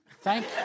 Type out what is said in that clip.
Thank